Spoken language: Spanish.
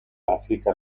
áfrica